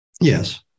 Yes